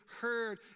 heard